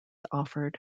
offered